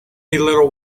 little